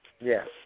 Yes